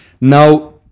Now